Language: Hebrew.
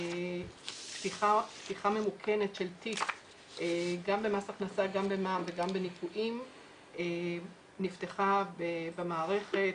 פתיחה ממוכנת של תיק גם במס הכנסה גם במע"מ וגם בניכויים נפתחה במערכת,